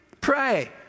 pray